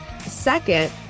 Second